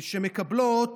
שמקבלות